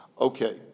Okay